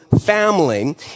family